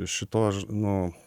šito aš nu